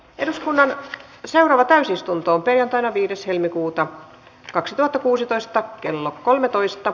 eduskunnan seuraava täysistunto perjantaina viides helmikuuta kaksituhattakuusitoista kello kolmetoista